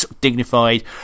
dignified